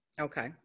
Okay